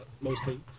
mostly